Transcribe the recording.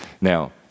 Now